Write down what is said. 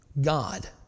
God